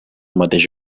mateix